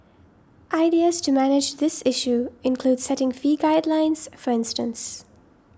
ideas to manage this issue include setting fee guidelines for instance